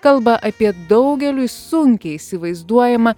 kalba apie daugeliui sunkiai įsivaizduojamą